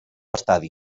estadi